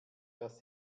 dass